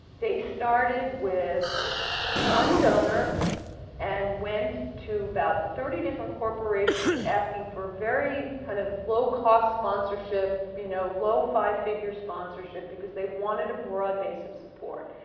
they started with one donor and went to about thirty different corporations asking for very, kind of, low cost sponsorship, you know low five figure sponsorship because they wanted a broad base of support.